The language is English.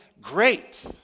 great